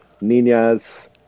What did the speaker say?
ninas